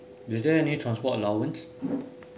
is there any transport allowance